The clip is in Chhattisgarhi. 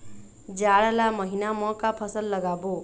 जाड़ ला महीना म का फसल लगाबो?